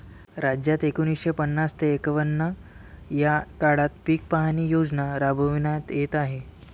राज्यात एकोणीसशे पन्नास ते एकवन्न या काळात पीक पाहणी योजना राबविण्यात येत आहे